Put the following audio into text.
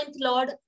lord